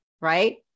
right